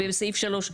בסעיף (3),